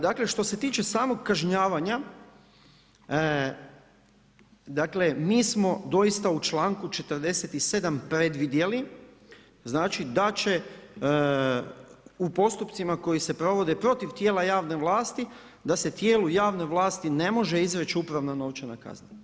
Dakle, što se tiče samog kažnjavanja, mi smo doista u članku 47. predvidjeli da će u postupcima koji se provode protiv tijela javne vlasti, da se tijelu javne vlasti ne može izreći upravna novčana kazna.